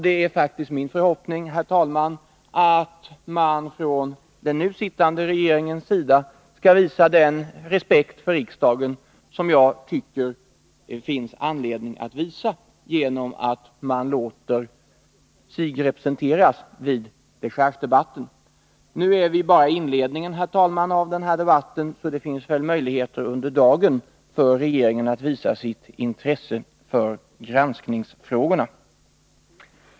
Det är min förhoppning, herr talman, att man från den nu sittande regeringens sida skall visa den respekt för riksdagen som jag tycker det finns anledning att visa genom att man låter sig representeras vid dechargedebatten. Nu är vi bara i inledningen av denna debatt, herr talman, så det finns möjlighet för regeringen att under dagen visa sitt intresse för granskningsfrågorna.